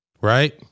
Right